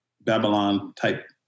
Babylon-type